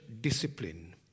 discipline